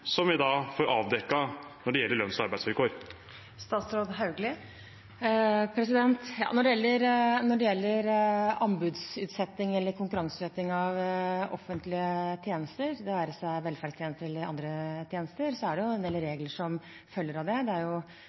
som vi får avdekket når det gjelder lønns- og arbeidsvilkår? Når det gjelder anbudsutsetting eller konkurranseutsetting av offentlige tjenester, det være seg velferdstjenester eller andre tjenester, er det en del regler som følger av det. Det er